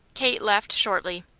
kate laughed shortly.